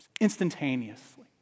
Instantaneously